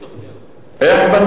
איך בנו בלי תוכניות?